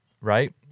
right